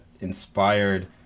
inspired